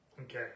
Okay